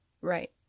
right